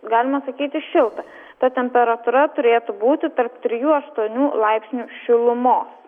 galima sakyti šilta ta temperatūra turėtų būti tarp trijų aštuonių laipsnių šilumos